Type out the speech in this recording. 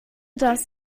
dass